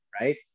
right